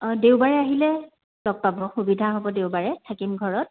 অঁ দেওবাৰে আহিলে লগ পাব সুবিধা হ'ব দেওবাৰে থাকিম ঘৰত